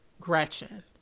Gretchen